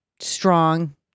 strong